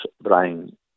Brian